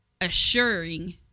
assuring